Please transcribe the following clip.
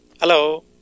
Hello